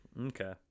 Okay